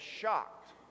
shocked